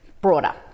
broader